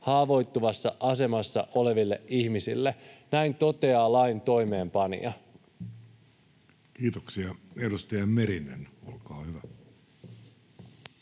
haavoittuvassa asemassa oleville ihmisille.” Näin toteaa lain toimeenpanija. — Kiitoksia. Arvoisa puhemies! Tänään